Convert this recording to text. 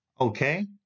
okay